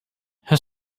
her